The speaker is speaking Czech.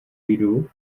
jdu